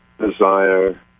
desire